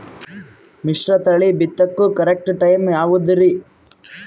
ಮಿಶ್ರತಳಿ ಬಿತ್ತಕು correct time ಯಾವುದರಿ?